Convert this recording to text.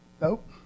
Nope